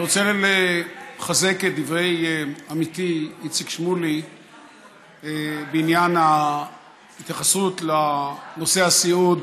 אני רוצה לחזק את דברי עמיתי איציק שמולי בעניין ההתייחסות לנושא הסיעוד